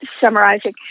summarizing